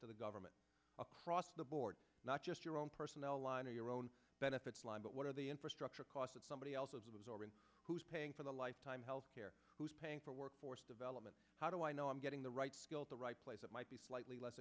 for the government across the board not just your own personnel line or your own benefits line but what are the infrastructure costs that somebody else who's paying for the lifetime health care who's paying for workforce development how do i know i'm getting the right skill at the right place that might be slightly less